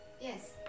Yes